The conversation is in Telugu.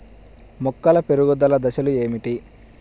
మొక్కల పెరుగుదల దశలు ఏమిటి?